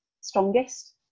strongest